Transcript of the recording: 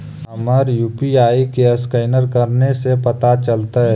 हमर यु.पी.आई के असकैनर कने से पता चलतै?